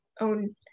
own